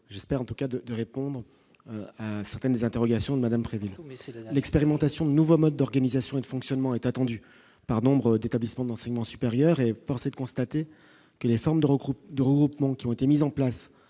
j'espère en tout cas de de répondre à certaines interrogations de Madame très vite, l'expérimentation de nouveaux modes d'organisation et de fonctionnement est attendue par nombre d'établissements d'enseignement supérieur et force est de constater que les formes de regroupement de regroupements qui ont été mises en place